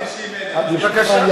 אבל,